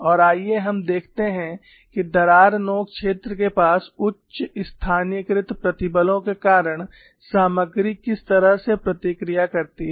और आइए हम देखते हैं कि दरार नोक क्षेत्र के पास उच्च स्थानीयकृत प्रतिबलों के कारण सामग्री किस तरह से प्रतिक्रिया करती है